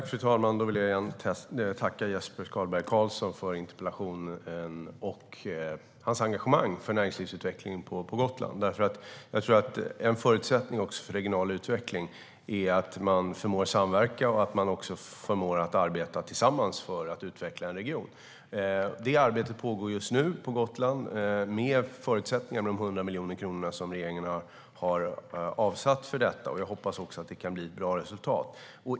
Fru talman! Då vill jag tacka Jesper Skalberg Karlsson för interpellationen och hans engagemang för näringslivsutvecklingen på Gotland. En förutsättning för regional utveckling är att man förmår samverka och att man också förmår arbeta tillsammans för att utveckla en region. Det arbetet pågår just nu på Gotland, med förutsättningen med de 100 miljoner kronor som regeringen har avsatt för detta. Jag hoppas också att det kan bli ett bra resultat.